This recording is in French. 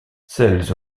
celles